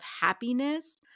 happiness